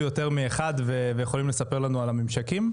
יותר מאחד ויכולים לספר לנו על הממשקים.